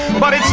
but